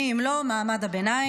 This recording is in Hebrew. מי אם לא מעמד הביניים,